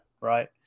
right